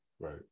Right